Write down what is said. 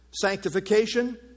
Sanctification